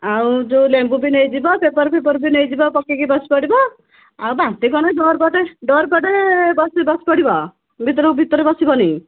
ଆଉ ଯେଉଁ ଲେମ୍ବୁ ବି ନେଇଯିବ ପେପର୍ ଫେପର୍ ବି ନେଇଯିବ ପକାଇକି ବସି ପଡ଼ିବ ଆଉ ବାନ୍ତି କଲେ ଡୋର୍ ପଟେ ଡୋର୍ ପଟେ ବସି ବସି ପଡ଼ିବ ଭିତରକୁ ଭିତରେ ବସିବନି